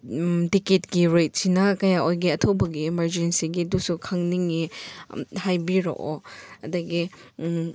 ꯇꯤꯀꯦꯠꯀꯤ ꯔꯦꯠꯁꯤꯅ ꯀꯌꯥ ꯑꯣꯏꯒꯦ ꯑꯊꯧꯕꯒꯤ ꯏꯃꯥꯔꯖꯦꯟꯁꯤꯒꯤ ꯑꯗꯨꯁꯨ ꯈꯪꯅꯤꯡꯉꯤ ꯑꯝꯇ ꯍꯥꯏꯕꯤꯔꯛꯑꯣ ꯑꯗꯒꯤ